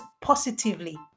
positively